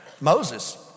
Moses